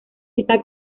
esta